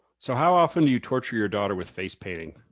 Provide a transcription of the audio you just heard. so how often do you torture your daughter with face painting?